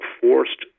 forced